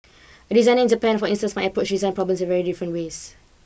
a designer in Japan for instance approach design problems very different ways